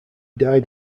died